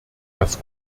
dass